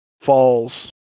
falls